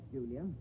Julia